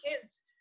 kids